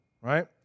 right